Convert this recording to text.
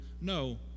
no